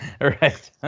Right